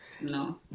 no